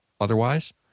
otherwise